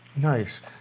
Nice